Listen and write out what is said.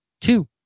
two